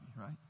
right